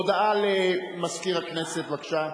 הודעה למזכיר הכנסת, בבקשה.